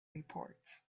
report